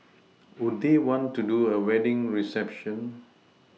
would they want to do a wedding reception